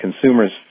consumers